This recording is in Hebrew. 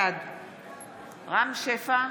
בעד רם שפע,